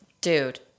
Dude